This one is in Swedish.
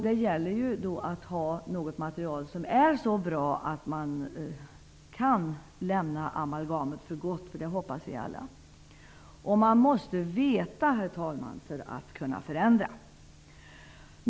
Det gäller att få fram något material som är så bra att man kan lämna amalgamet för gott, vilket vi alla hoppas på. Man måste veta, herr talman, för att kunna förändra.